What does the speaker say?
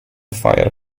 fire